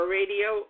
radio